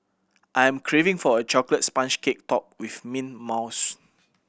I am craving for a chocolate sponge cake topped with mint mousse